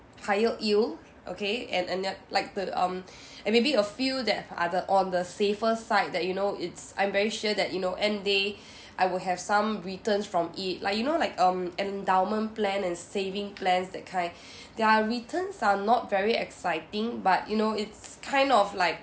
higher yield okay and uh like the um and maybe a few that are the on the safer side that you know it's I'm very sure that you know and they I will have some returns from it like you know like um endowment plan and saving plans that kind their returns are not very exciting but you know it's kind of like